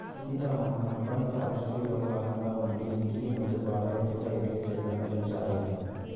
సీత మనం అర్బన్ ఫారెస్ట్రీలో భాగంగా ఉండి ఇంటికి ముందు బాగా ఎత్తుగా ఎదిగే చెట్లను పెంచాలి